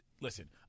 Listen